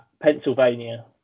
Pennsylvania